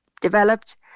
developed